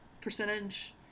percentage